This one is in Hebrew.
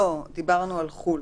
לא, דיברנו על חו"ל,